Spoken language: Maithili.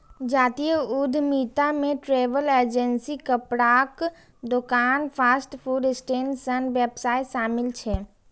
जातीय उद्यमिता मे ट्रैवल एजेंसी, कपड़ाक दोकान, फास्ट फूड स्टैंड सन व्यवसाय शामिल छै